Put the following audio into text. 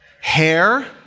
hair